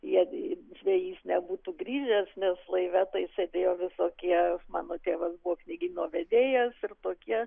jei žvejys nebūtų grįžęs nes laive taip sėdėjo visokie mano tėvas buvo knygyno vedėjas ir tokie